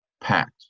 packed